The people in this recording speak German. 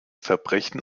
verbrechen